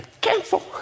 Cancel